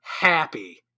happy